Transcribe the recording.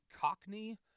Cockney